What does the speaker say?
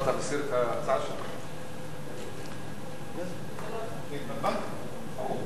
ההצעה לכלול את הנושא בסדר-היום של הכנסת לא נתקבלה.